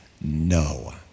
no